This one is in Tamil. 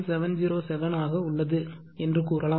707 ஆக உள்ளது என்று கூறலாம்